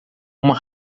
uma